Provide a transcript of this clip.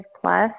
plus